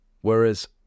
Whereas